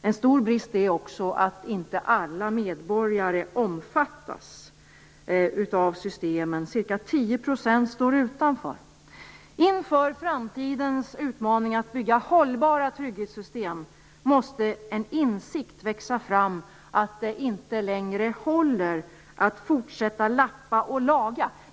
En stor brist är också att inte alla medborgare omfattas av systemen. Ca Inför framtidens utmaning att bygga hållbara trygghetssystem måste en insikt växa fram om att det inte längre håller att fortsätta lappa och laga.